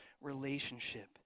relationship